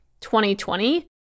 2020